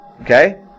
Okay